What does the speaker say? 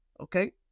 okay